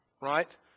right